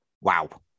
Wow